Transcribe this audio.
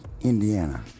Indiana